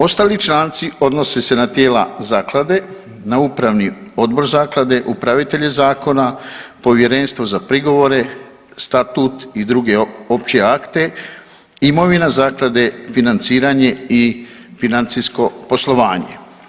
Ostali članci odnose na tijela zaklade, na upravni odbor zaklade, upravitelje zakona, povjerenstvo za prigovore, statut i druge opće akte, imovina zaklade, financiranje i financijsko poslovanje.